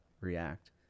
react